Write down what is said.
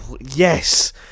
yes